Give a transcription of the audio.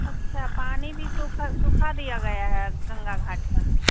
अच्छा पानी भी सुखा सुखा दिया गया है गंगा घाट का